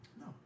No